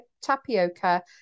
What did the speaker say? tapioca